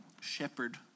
shepherd